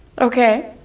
Okay